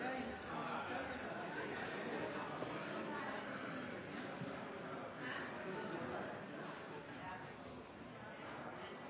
dei har